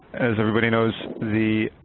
as everybody knows, the